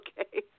okay